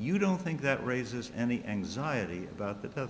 you don't think that raises any anxiety about that that